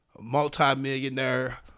multi-millionaire